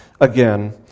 again